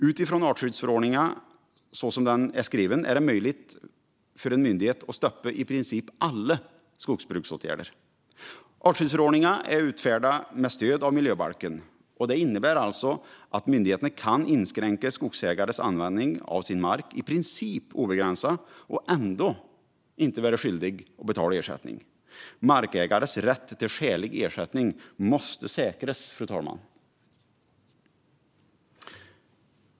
Så som artskyddsförordningen är skriven är det möjligt för en myndighet att stoppa i princip alla skogsbruksåtgärder. Artskyddsförordningen är utfärdad med stöd av miljöbalken. Det innebär alltså att myndigheterna kan inskränka skogsägares användning av sin mark i princip obegränsat och ändå inte vara skyldiga att betala ersättning. Markägarens rätt till skälig ersättning måste säkras, fru talman.